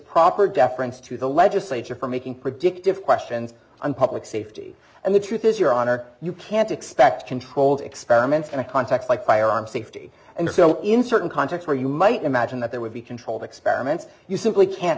proper deference to the legislature for making predictive questions on public safety and the truth is your honor you can't expect controlled experiments in a context like firearm safety and so in certain context where you might imagine that there would be controlled experiments you simply can't